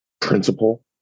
principle